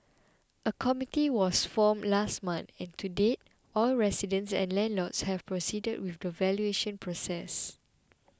a committee was formed last month and to date all residents and landlords have proceeded with the valuation process